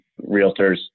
realtors